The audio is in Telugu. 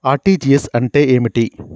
ఆర్.టి.జి.ఎస్ అంటే ఏమిటి?